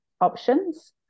options